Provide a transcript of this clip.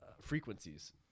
frequencies